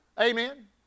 Amen